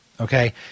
Okay